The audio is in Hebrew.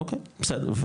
אוקי, בסדר.